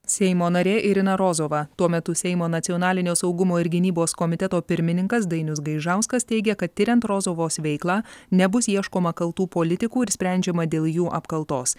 seimo narė irina rozova tuo metu seimo nacionalinio saugumo ir gynybos komiteto pirmininkas dainius gaižauskas teigia kad tiriant rozovos veiklą nebus ieškoma kaltų politikų ir sprendžiama dėl jų apkaltos